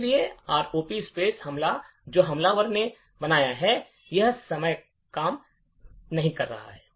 इसलिए ROP space हमला जो हमलावर ने बनाया है हर समय काम नहीं करेगा